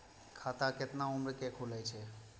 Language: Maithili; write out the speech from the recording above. खाता केतना उम्र के खुले छै?